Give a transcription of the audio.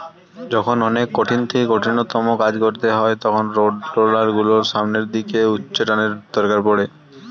যখন অনেক কঠিন থেকে কঠিনতম কাজ করতে হয় তখন রোডরোলার গুলোর সামনের দিকে উচ্চটানের দরকার পড়ে